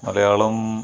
Malayalam